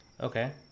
okay